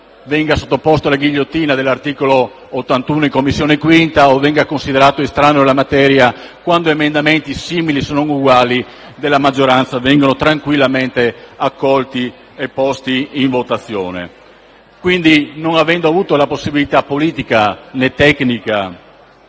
venga sottoposto alla ghigliottina dell'articolo 81 in 5a Commissione o venga considerato estraneo alla materia, quando emendamenti simili se non uguali della maggioranza vengono tranquillamente accolti e posti in votazione. Non avendo avuto la possibilità politica né tecnica